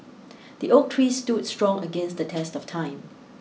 the oak tree stood strong against the test of time